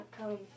come